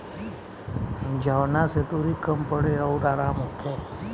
जवना से दुरी कम पड़े अउर आराम होखे